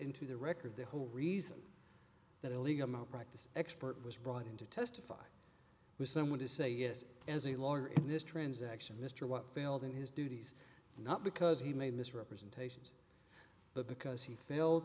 into the record the whole reason that a legal malpractise expert was brought in to testify was someone to say yes as a lawyer in this transaction mr watt failed in his duties not because he made misrepresentations but because he failed